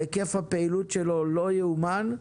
היקף הפעילות שלו לא יאומן.